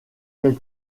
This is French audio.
quelle